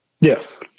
Yes